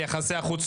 יחסי החוץ,